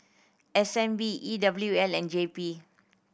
S N B E W L and J P